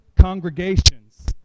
congregations